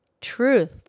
Truth